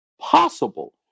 possible